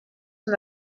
son